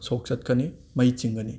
ꯁꯣꯛ ꯆꯠꯀꯅꯤ ꯃꯩ ꯆꯤꯡꯒꯅꯤ